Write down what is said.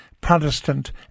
Protestant